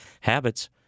habits